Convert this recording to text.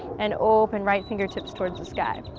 and open right fingertips towards the sky.